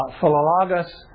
Philologus